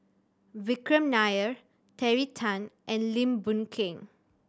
Vikram Nair Terry Tan and Lim Boon Keng